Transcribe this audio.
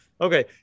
Okay